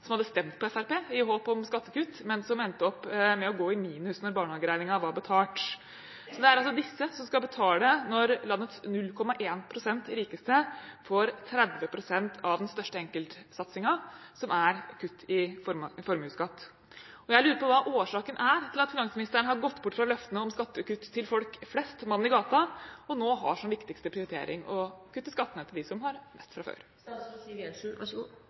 som hadde stemt på Fremskrittspartiet i håp om skattekutt, men som endte opp med å gå i minus når barnehageregningen var betalt. Så det er altså disse som skal betale når landets 0,1 pst. rikeste får 30 pst. av den største enkeltsatsingen, som er kutt i formuesskatt. Jeg lurer på hva årsaken er til at finansministeren har gått bort fra løftene om skattekutt for folk flest, mannen i gata, og nå har som viktigste prioritering å kutte skattene til dem som har mest fra før.